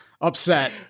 upset